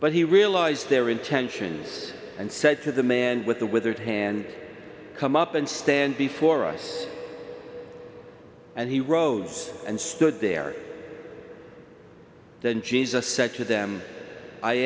but he realized their intentions and said to the man with the withered hand come up and stand before us and he rose and stood there then jesus said to them i